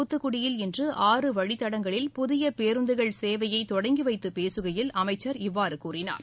தூத்துக்குடியில் இன்று ஆறு வழித்தடங்களில் புதிய பேருந்துகள் சேவையை தொடங்கிவைத்துப் பேசுகையில் அமைச்சர் இவ்வாறு தெரிவித்தார்